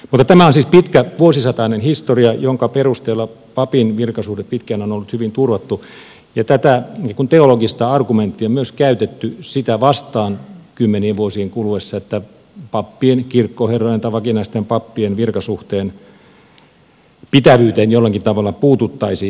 mutta tämä on siis pitkä vuosisatainen historia jonka perusteella papin virkasuhde pitkään on ollut hyvin turvattu ja tätä teologista argumenttia on myös käytetty sitä vastaan kymmenien vuosien kuluessa että pappien kirkkoherrojen tai vakinaisten pappien virkasuhteen pitävyyteen jollakin tavalla puututtaisiin